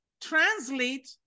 translate